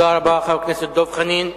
תודה רבה, חבר הכנסת דב חנין.